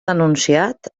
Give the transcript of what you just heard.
enunciat